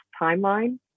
timeline